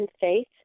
faith